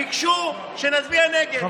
ביקשו שנצביע נגד.